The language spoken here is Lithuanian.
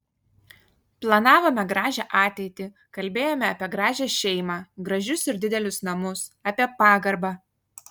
planavome gražią ateitį kalbėjome apie gražią šeimą gražius ir didelius namus apie pagarbą